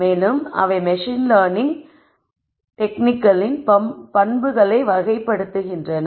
மேலும் அவை machine learning இயந்திர கற்றல் டெக்னிகளின் பண்புகளை வகைப்படுத்துகின்றன